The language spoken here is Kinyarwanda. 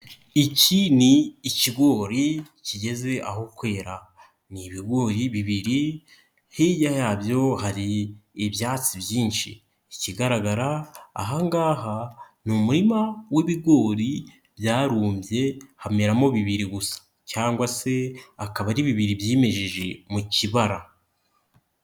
Iki ni ikigori kigeze aho kwera, ni ibigori bibiri hirya yabyo hari ibyatsi byinshi, ikigaragara aha ngaha ni umurima w'ibigori byarumbye hameramo bibiri gusa cyangwa se akaba ari bibiri byimejeje mu kibara.